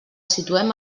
situem